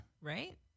right